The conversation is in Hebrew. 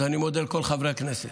אז אני מודה לכל חברי הכנסת.